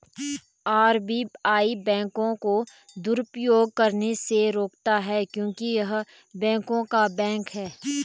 RBI बैंकों को दुरुपयोग करने से रोकता हैं क्योंकि य़ह बैंकों का बैंक हैं